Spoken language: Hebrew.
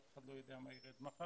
אף אחד לא יודע מה יילד מחר,